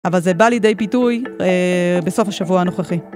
אבל זה בא לידי ביטוי בסוף השבוע הנוכחי.